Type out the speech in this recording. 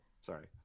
Sorry